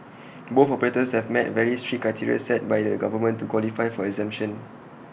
both operators have met very strict criteria set by the government to qualify for exemption